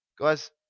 Guys